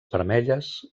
vermelles